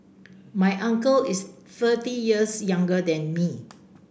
my uncle is thirty years younger than me